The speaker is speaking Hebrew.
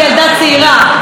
כילדה צעירה,